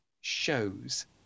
shows